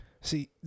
See